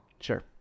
Sure